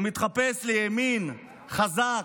הוא מתחפש לימין חזק,